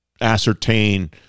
ascertain